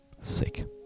Sick